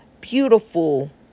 beautiful